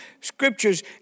scriptures